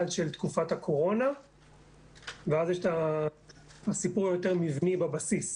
של תקופת הקורונה ואז יש את הסיפור היותר מבני בבסיס.